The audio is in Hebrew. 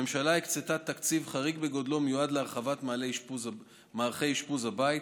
הממשלה הקצתה תקציב חריג בגודלו המיועד להרחבת מערכי אשפוז הבית.